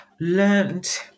learned